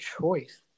choice